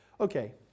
Okay